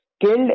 killed